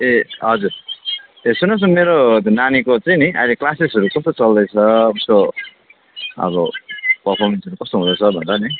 ए हजुर ए सुन्नुहोस् न मेरो नानीको चाहिँ नि अहिले क्लासेसहरू थुप्रो चल्दैछ त्यो अब पर्फमेन्सहरू कस्तो हुँदैछ भनेर नि